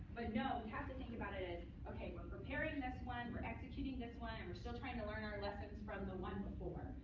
but no. we have to think about it as, ok, we're preparing this one, we're executing this one, and we're still trying to learn our lessons from the one before.